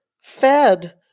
Fed